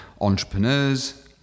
entrepreneurs